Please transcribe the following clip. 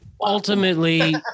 Ultimately